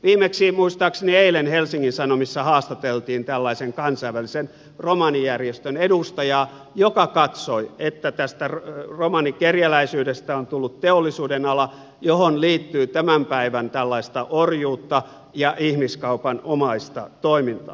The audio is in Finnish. viimeksi muistaakseni eilen helsingin sanomissa haastateltiin tällaisen kansainvälisen romanijärjestön edustajaa joka katsoi että tästä romanikerjäläisyydestä on tullut teollisuudenala johon liittyy tämän päivän tällaista orjuutta ja ihmiskaupanomaista toimintaa